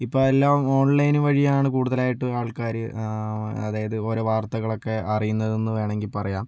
ഇപ്പം എല്ലാം ഓൺലൈന് വഴിയാണ് കൂടുതലായിട്ട് ആൾക്കാർ അതായത് ഓരോ വാർത്തകളൊക്കെ അറിയുന്നതെന്ന് വേണമെങ്കിൽ പറയാം